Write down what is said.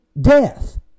death